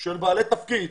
של בעלי תפקיד,